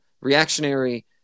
reactionary